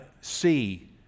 see